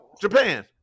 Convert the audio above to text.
Japan